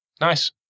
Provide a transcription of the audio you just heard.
Nice